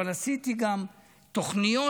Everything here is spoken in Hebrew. אבל עשיתי גם תוכניות,